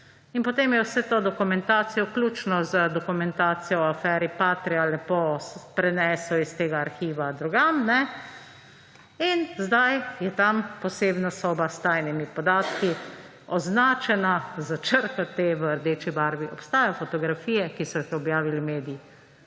In potem je vso to dokumentacijo, vključno z dokumentacijo o aferi Patria, lepo prenesel iz tega arhiva drugam in zdaj je tam posebna soba s tajnimi podatki, označena s črko T v rdeči barvi. Obstajajo fotografije, ki so jih objavili mediji.